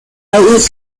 outlet